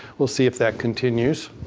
we'll see if that continues.